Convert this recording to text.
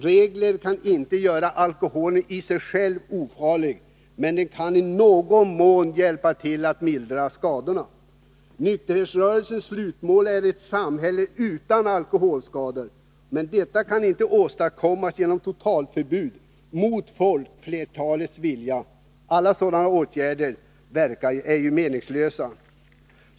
Regler kan inte göra alkoholen i sig ofarlig, men de kan i någon mån hjälpa till att mildra skadorna. Nykterhetsrörelsens slutmål är ett samhälle utan alkoholskador. Men detta kan inte åstadkommas genom totalförbud mot folkflertalets vilja. Alla sådana åtgärder är meningslösa.